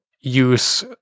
use